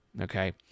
okay